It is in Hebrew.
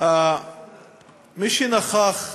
מי שנכח בדיונים,